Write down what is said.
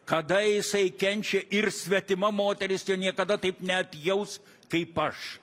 kada jisai kenčia ir svetima moteris jo niekada taip neatjaus kaip aš